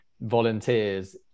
volunteers